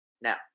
Now